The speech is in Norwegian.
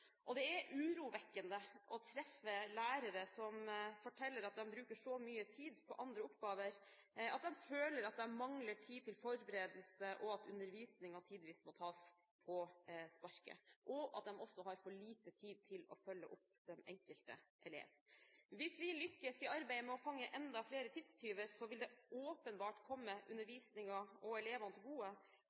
Det er urovekkende å treffe lærere som forteller at de bruker så mye tid på andre oppgaver at de føler at de mangler tid til forberedelse, at undervisningen tidvis må tas på sparket, og at de også har for lite tid til å følge opp den enkelte elev. Hvis vi lykkes i arbeidet med å fange enda flere tidstyver, vil det åpenbart komme undervisningen og elevene til gode